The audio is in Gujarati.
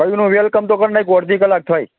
ક્યારનો વેલકમ તો કરી નાખ્યો અડધી કલાક થઈ